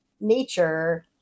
nature